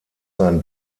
sein